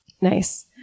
Nice